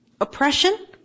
oppression